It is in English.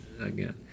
again